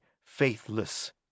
faithless